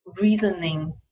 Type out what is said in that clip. reasoning